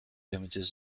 images